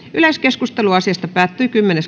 yleiskeskustelu asiasta päättyi kymmenes